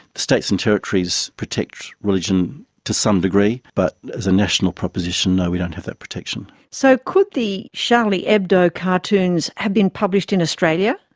states and territories protect religion to some degree, but as a national proposition, no, we don't have that protection. so could the charlie hebdo cartoons have been published in australia?